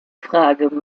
fragen